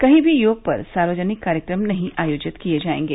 कहीं भी योग पर सार्वजनिक कार्यक्रम नहीं आयोजित किये जायेंगे